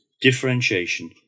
differentiation